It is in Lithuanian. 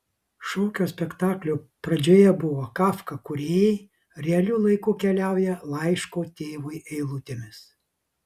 šokio spektaklio pradžioje buvo kafka kūrėjai realiu laiku keliauja laiško tėvui eilutėmis